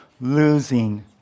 losing